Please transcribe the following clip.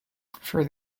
for